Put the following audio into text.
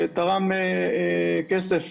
שתרם כסף